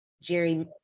Jerry